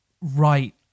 right